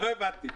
לא הבנתי.